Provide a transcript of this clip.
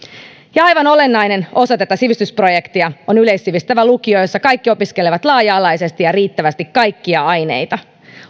aivan olennainen osa tätä sivistysprojektia on yleissivistävä lukio jossa kaikki opiskelevat laaja alaisesti ja riittävästi kaikkia aineita